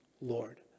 Lord